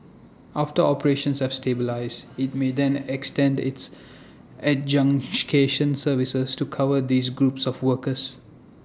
after operations have stabilised IT may then extend its adjudication services to cover these groups of workers